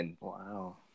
Wow